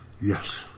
Yes